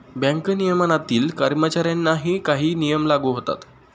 bank नियमनातील कर्मचाऱ्यांनाही काही नियम लागू होतात